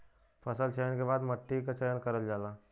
फसल चयन के बाद मट्टी क चयन करल जाला